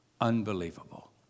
Unbelievable